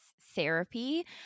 therapy